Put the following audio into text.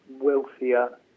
wealthier